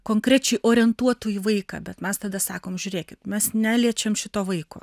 konkrečiai orientuotų į vaiką bet mes tada sakom žiūrėkit mes neliečiam šito vaiko